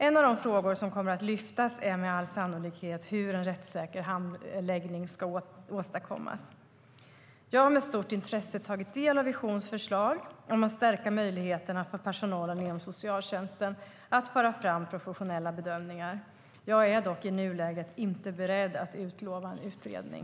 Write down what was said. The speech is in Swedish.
En av de frågor som kommer att lyftas fram är med all sannolikhet hur en rättssäker handläggning ska åstadkommas. Jag har med stort intresse tagit del av Visions förslag om att stärka möjligheterna för personalen inom socialtjänsten att föra fram professionella bedömningar. Jag är dock i nuläget inte beredd att utlova en utredning.